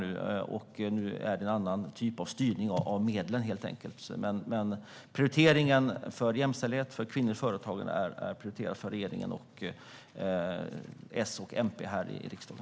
Nu är det helt enkelt en annan typ av styrning av medlen, men jämställdhet och kvinnors företagande är prioriterat för regeringen och S och MP här i riksdagen.